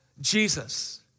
Jesus